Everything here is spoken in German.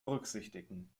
berücksichtigen